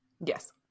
Yes